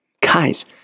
Guys